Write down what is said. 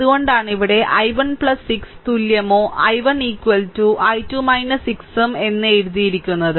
അതുകൊണ്ടാണ് ഇവിടെ I1 6 തുല്യമോ I1 I2 6 ഉം എന്ന് എഴുതിയിരിക്കുന്നത്